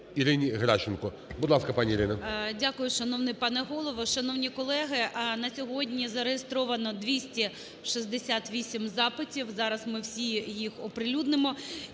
Дякую, шановний пане Голово! Шановні колеги! на сьогодні зареєстровано 268 запитів, зараз ми всі їх оприлюднимо.